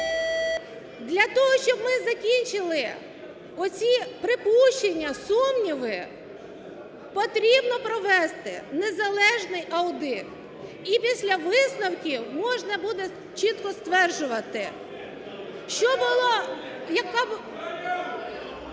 Для того, щоб ми закінчили оці припущення, сумніви, потрібно провести незалежний аудит. І після висновків можна буде чітко стверджувати, що було…